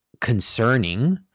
concerning